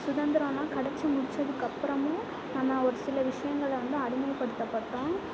சுதந்திரலாம் கெடைச்சி முடிச்சதுக்கப்பறமும் நாம் ஒரு சில விஷயங்கள வந்து அடிமைப்படுத்தப்பட்டோம்